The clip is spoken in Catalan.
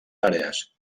àrees